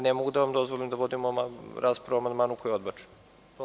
Ne mogu da dozvolim da vodimo raspravu o amandmanu koji je odbačen.